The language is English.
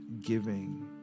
giving